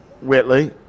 Whitley